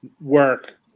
work